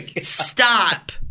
Stop